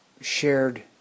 shared